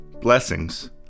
Blessings